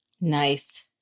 nice